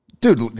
Dude